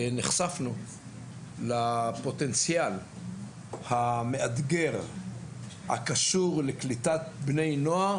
נחשפנו לפוטנציאל המאתגר הקשור לקליטת בני נוער,